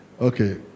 Okay